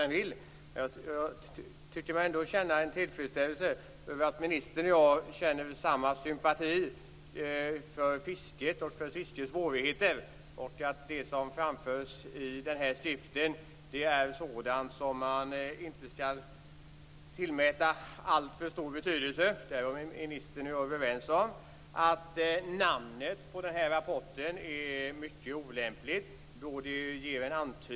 Men jag tycker mig känna en tillfredsställelse att ministern och jag känner samma sympati för fiskets svårigheter. Det som framförs i skriften är sådant som inte skall tillmätas alltför stor betydelse. Där är ministern och jag överens. Namnet på rapporten är olämpligt.